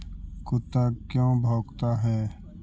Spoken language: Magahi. कुत्ता क्यों भौंकता है?